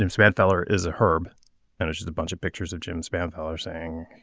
jim smart feller is a herb and is just a bunch of pictures of jim's manpower saying